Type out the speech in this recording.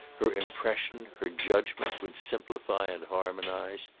her impression, her judgement would simplify and harmonise,